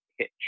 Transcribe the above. pitch